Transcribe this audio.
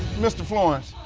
mr. florence,